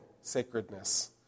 sacredness